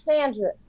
Sandra